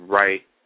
right